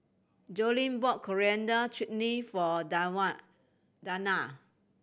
Joline bought Coriander Chutney for Dawna